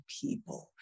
people